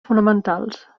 fonamentals